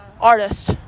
Artist